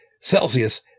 celsius